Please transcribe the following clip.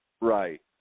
Right